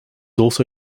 also